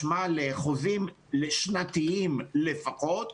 משמע לחוזים שנתיים לפחות,